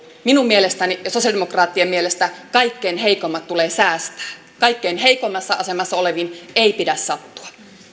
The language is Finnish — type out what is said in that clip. minun mielestäni ja sosialidemokraattien mielestä kaikkein heikoimmat tulee säästää kaikkein heikoimmassa asemassa oleviin ei pidä sattua